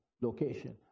location